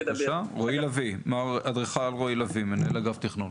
בבקשה, מר אדריכל רועי לביא, מנהל אגף תכנון,